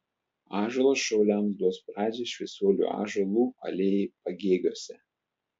ąžuolas šauliams duos pradžią šviesuolių ąžuolų alėjai pagėgiuose